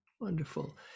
Wonderful